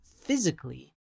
physically